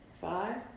five